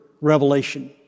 revelation